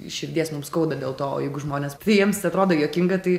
iš širdies mums skauda dėl to o jeigu žmonės tai jiems atrodo juokinga tai